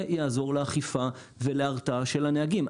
זה יעזור לאכיפה ולהרתעה של הנהגים.